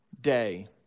day